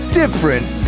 different